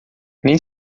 nem